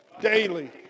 Daily